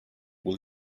will